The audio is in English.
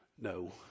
No